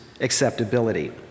acceptability